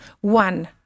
One